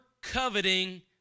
coveting